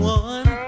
one